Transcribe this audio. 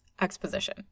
exposition